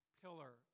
pillar